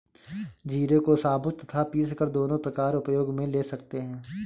जीरे को साबुत तथा पीसकर दोनों प्रकार उपयोग मे ले सकते हैं